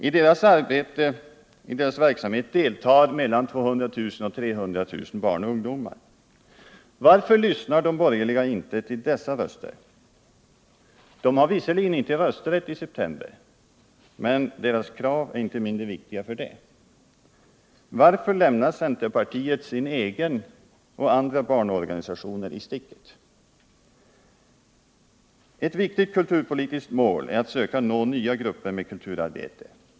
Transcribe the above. I dessa organisationers verksamhet deltar mellan 200 000 och 300 000 barn och ungdomar. Varför lyssnar de borgerliga inte till dessa röster? De har visserligen inte rösträtt i september, men deras krav är inte mindre viktiga för det. Varför lämnar centerpartiet sin egen och andra barnorganisationer i sticket? Ett viktigt kulturpolitiskt mål är att söka nå nya grupper med kulturarbete.